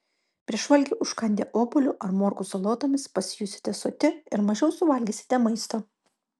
prieš valgį užkandę obuoliu ar morkų salotomis pasijusite soti ir mažiau suvalgysite maisto